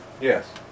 Yes